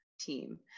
team